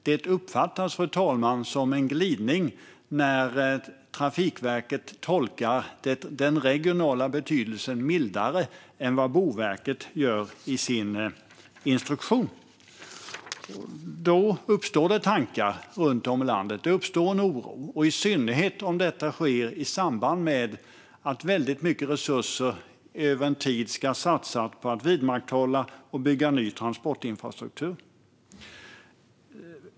Det uppfattas, fru talman, som en glidning när Trafikverket tolkar den regionala betydelsen mildare än vad Boverket gör i sin instruktion. Därmed uppstår tankar och en oro runt om i landet. I synnerhet gäller det om det här sker i samband med att väldigt mycket resurser under en tid ska satsas för att vidmakthålla och bygga ny transportinfrastruktur.